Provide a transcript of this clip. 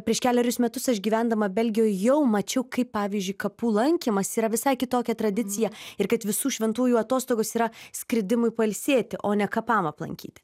prieš kelerius metus aš gyvendama belgijoj jau mačiau kaip pavyzdžiui kapų lankymas yra visai kitokia tradicija ir kad visų šventųjų atostogos yra skridimui pailsėti o ne kapam aplankyti